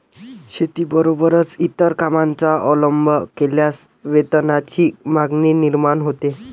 शेतीबरोबरच इतर कामांचा अवलंब केल्यास वेतनाची मागणी निर्माण होते